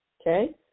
okay